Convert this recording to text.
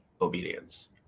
obedience